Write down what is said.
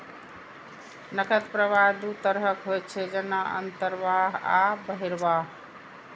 नकद प्रवाह दू तरहक होइ छै, जेना अंतर्वाह आ बहिर्वाह